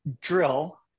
drill